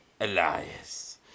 Elias